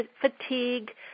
fatigue